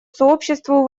сообществу